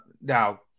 Now